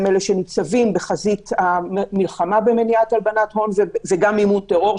אלה שניצבים בחזית המלחמה במניעת הלבנת הון וגם מימון טרור,